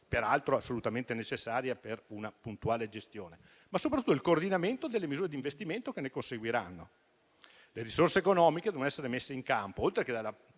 peraltro assolutamente necessaria per una puntuale gestione, ma soprattutto il coordinamento delle misure di investimento che ne conseguiranno. Le risorse economiche devono essere messe in campo, oltre che dalla